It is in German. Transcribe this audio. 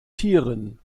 tieren